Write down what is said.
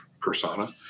persona